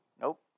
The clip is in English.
Nope